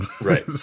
Right